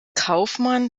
kaufmann